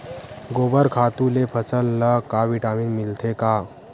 गोबर खातु ले फसल ल का विटामिन मिलथे का?